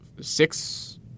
six